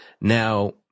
now